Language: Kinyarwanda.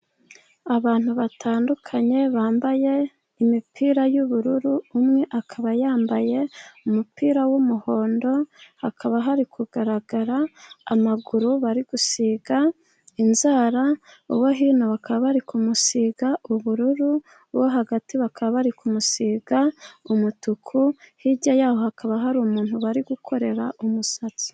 Abantu batandukanye bambaye imipira y'ubururu ,umwe akaba yambaye umupira w'umuhondo. Hakaba hari kugaragara amaguru bari gusiga inzara , abo hino bakaba bari kumusiga ubururu abo hagati bakaba bari kumusiga umutuku hirya yaho hakaba hari umuntu bari gukorera umusatsi.